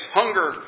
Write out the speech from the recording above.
hunger